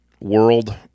world